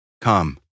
Come